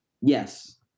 Yes